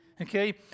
Okay